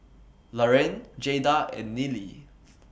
Laraine Jayda and Neely